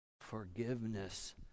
Forgiveness